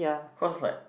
cause like